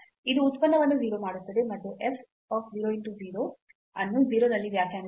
ಇದು ಉತ್ಪನ್ನವನ್ನು 0 ಮಾಡುತ್ತದೆ ಮತ್ತು f 0 0 ಅನ್ನು 0 ನಲ್ಲಿ ವ್ಯಾಖ್ಯಾನಿಸಲಾಗಿದೆ